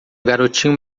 garotinho